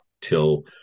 till